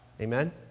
Amen